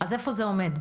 אז איפה זה עומד?